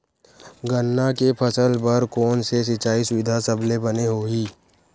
गन्ना के फसल बर कोन से सिचाई सुविधा सबले बने होही?